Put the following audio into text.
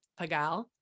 Pagal